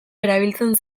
erabiltzen